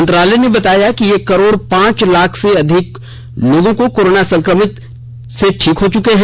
मंत्रालय ने बताया कि एक करोड पांच लाख से भी अधिक कोरोना संक्रमित लोग ठीक हो चुके हैं